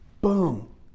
boom